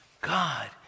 God